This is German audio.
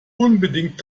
unbedingt